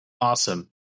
Awesome